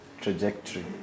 trajectory